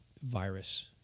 Virus